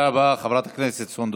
מיקי, אל,